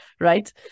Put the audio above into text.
Right